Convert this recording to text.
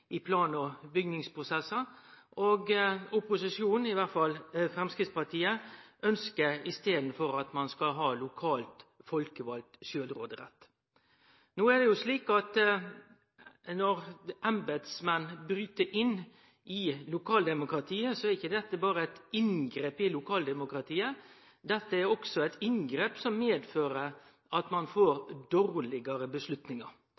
i plan- og bygningsprosesser. Opposisjonen – i alle fall Framstegspatiet – ønskjer i staden at ein skal ha lokalt folkevald sjølvråderett. No er det jo slik at når embetsmenn bryt inn i lokaldemokratiet, er det ikkje berre eit inngrep i lokaldemokratiet. Det er også eit inngrep som medfører at ein